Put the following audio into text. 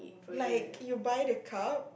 like you buy the cup